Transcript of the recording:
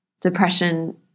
depression